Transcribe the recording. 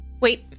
Wait